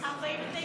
להסיר,